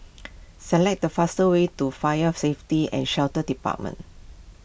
select the fastest way to Fire Safety and Shelter Department